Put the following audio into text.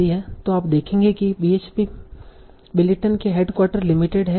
तो आप देखेंगे कि बीएचपी बिलिटन के हेडक्वार्टर लिमिटेड हैं